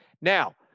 Now